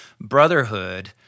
brotherhood